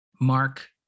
mark